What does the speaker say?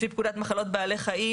לפי פקודת מחלות בעלי חיים.